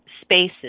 spaces